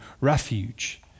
refuge